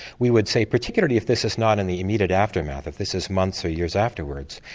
we would say particularly if this is not in the immediate aftermath, if this is months or years afterwards,